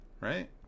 right